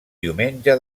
diumenge